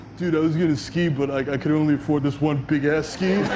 dude, i was gonna ski, but i can only afford this one big ass ski.